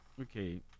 Okay